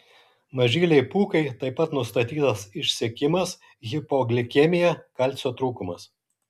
mažylei pūkai taip pat nustatytas išsekimas hipoglikemija kalcio trūkumas